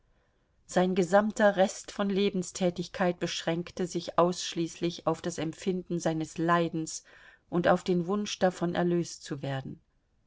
sein gesamter rest von lebenstätigkeit beschränkte sich ausschließlich auf das empfinden seines leidens und auf den wunsch davon erlöst zu werden